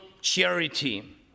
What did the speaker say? charity